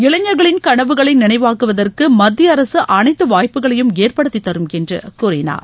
இளைஞர்களின் கனவுகளை நினைவாக்குவதற்கு மத்திய அரசு அனைத்து வாய்ப்புக்களையும் ஏற்படுத்தி தரும் என்று கூறினார்